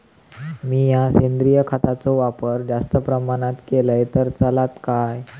मीया सेंद्रिय खताचो वापर जास्त प्रमाणात केलय तर चलात काय?